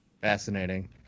Fascinating